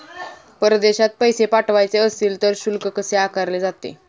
परदेशात पैसे पाठवायचे असतील तर शुल्क कसे आकारले जाते?